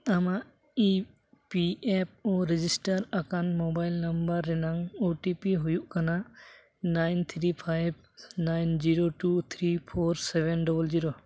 ᱟᱢᱟᱜ E P F O register ᱟᱠᱟᱱ mobile number ᱨᱮᱱᱟᱝ ᱳ ᱴᱤ ᱯᱤ ᱦᱩᱭᱩᱜ ᱠᱟᱱᱟ nine three five nine zero two three four seven double zero